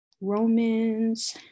Romans